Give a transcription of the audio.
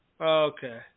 Okay